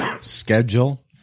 schedule